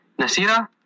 Nasira